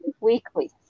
Weekly